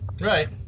right